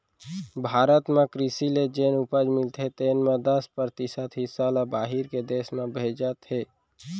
भारत म कृसि ले जेन उपज मिलथे तेन म दस परतिसत हिस्सा ल बाहिर के देस में भेजत हें